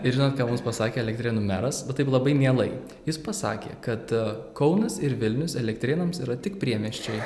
ir žinot ką mums pasakė elektrėnų meras bet taip labai mielai jis pasakė kad kaunas ir vilnius elektrėnams yra tik priemiesčiai